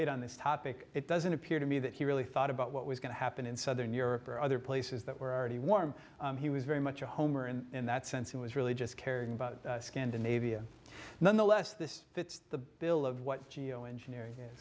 eight on this topic it doesn't appear to me that he really thought about what was going to happen in southern europe or other places that were already warm he was very much a homer and in that sense it was really just caring about scandinavia nonetheless this fits the bill of what geo engineer